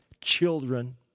children